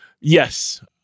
Yes